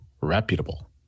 reputable